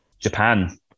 Japan